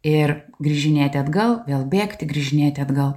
ir grįžinėti atgal vėl bėgti grįžinėti atgal